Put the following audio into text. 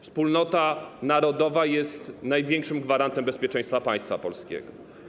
Wspólnota narodowa jest największym gwarantem bezpieczeństwa państwa polskiego.